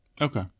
Okay